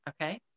Okay